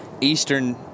eastern